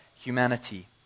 humanity